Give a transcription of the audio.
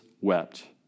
wept